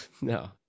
No